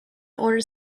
order